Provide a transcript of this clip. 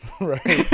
Right